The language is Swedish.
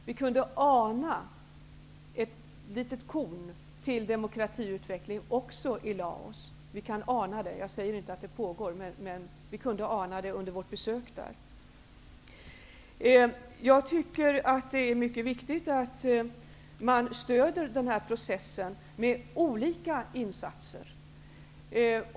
Vi kunde ana ett litet korn till demokratiutveckling också i Laos. Jag säger inte att en sådan utveckling pågår, men vi kunde ana det under vårt besök där. Det är mycket viktigt att man stöder denna process med olika insatser.